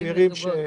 רפואי,